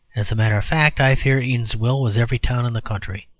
as a matter of fact, i fear eatanswill was every town in the country.